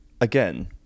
Again